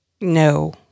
No